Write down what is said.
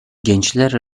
gençler